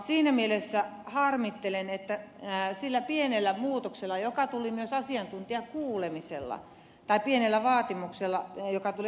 siinä mielessä harmittelen että siihen pieneen vaatimukseen joka tuli esille asiantuntijakuulemisessa ei vastattu